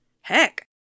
Heck